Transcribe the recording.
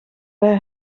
bij